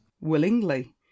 Willingly